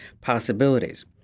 possibilities